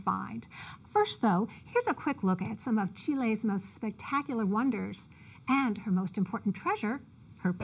find first though here's a quick look at some of she lays most spectacular wonders and her most important treasure her